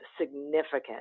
significant